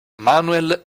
manuel